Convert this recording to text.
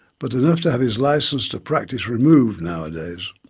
but enough to have his licence to practise removed nowadays.